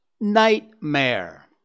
nightmare